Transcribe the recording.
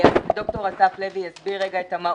ד"ר אסף לוי הסביר את המהות,